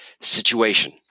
situation